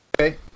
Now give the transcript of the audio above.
Okay